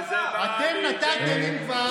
וזה בא ליד ביטוי בתקשורת,